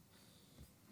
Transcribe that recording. ולפני הכול בוקר טוב לבעלי